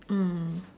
mm